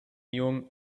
young